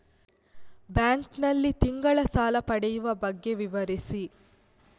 Bank ನಲ್ಲಿ ತಿಂಗಳ ಸಾಲ ಪಡೆಯುವ ಬಗ್ಗೆ ವಿವರಿಸಿ?